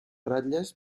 ratlles